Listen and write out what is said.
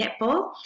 netball